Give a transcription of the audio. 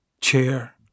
Chair